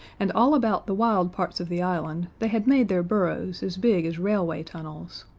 and all about the wild parts of the island they had made their burrows as big as railway tunnels.